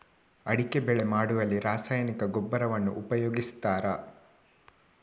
ಅಡಿಕೆ ಬೆಳೆ ಮಾಡುವಲ್ಲಿ ರಾಸಾಯನಿಕ ಗೊಬ್ಬರವನ್ನು ಉಪಯೋಗಿಸ್ತಾರ?